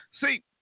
See